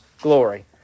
glory